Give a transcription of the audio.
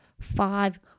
five